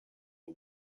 the